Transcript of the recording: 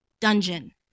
dungeon